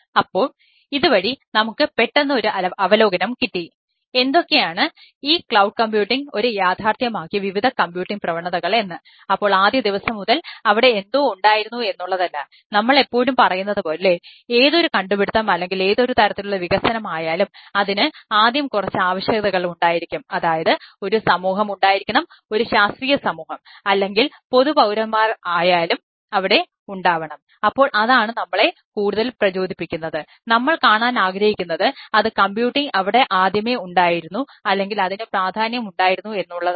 അപ്പോൾ ഇതുവഴി നമുക്ക് പെട്ടെന്ന് ഒരു അവലോകനം കിട്ടി എന്തൊക്കെയാണു ഈ ക്ലൌഡ് കമ്പ്യൂട്ടിംഗ് അവിടെ ആദ്യമേ ഉണ്ടായിരുന്നു അല്ലെങ്കിൽ അതിനു പ്രാധാന്യമുണ്ടായിരുന്നു എന്നുള്ളതാണ്